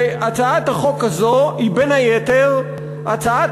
והצעת החוק הזאת היא בין היתר הצעת